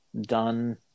done